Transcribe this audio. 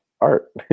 art